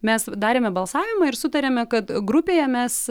mes darėme balsavimą ir sutarėme kad grupėje mes